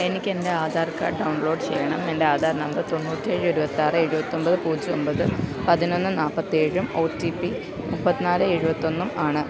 എനിക്കെൻ്റെ Aadhaar card download ചെയ്യണം എൻ്റെ ആധാർ നമ്പർ തൊണ്ണൂറ്റേഴ് ഇരുപത്താറ് എഴുവത്തൊൻപത് പൂജ്യം ഒൻപത് പതിനൊന്ന് നാൽപ്പത്തേഴും ഒ ടി പി മുപ്പത്തി നാല് എഴുവത്തൊന്നും ആണ്